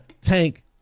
Tank